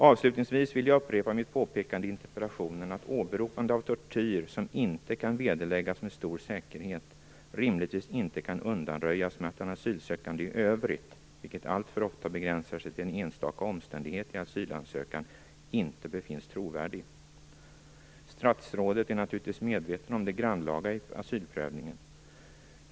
Avslutningsvis vill jag upprepa mitt påpekande i interpellationen, att åberopande av tortyr som inte kan vederläggas med stor säkerhet rimligtvis inte kan avfärdas med att den asylsökande i övrigt inte befinns trovärdig. Denna bedömning begränsar sig alltför ofta till en enstaka omständighet i asylansökan. Statsrådet är naturligtvis medveten om det grannlaga i asylprövningen.